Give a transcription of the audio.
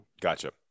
Gotcha